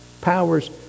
powers